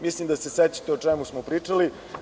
Mislim, da se sećate o čemu smo pričali.